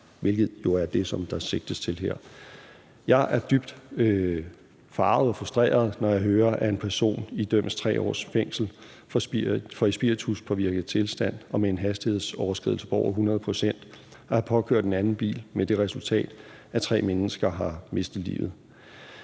hvilket jo er det, som der sigtes til her. Jeg er dybt forarget og frustreret, når jeg hører, at en person idømmes 3 års fængsel for i spirituspåvirket tilstand og med en hastighedsoverskridelse på over 100 pct. at have påkørt en anden bil, med det resultat at tre mennesker har mistet livet.